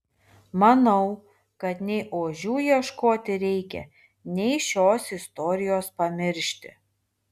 manau kad nei ožių ieškoti reikia nei šios istorijos pamiršti